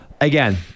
again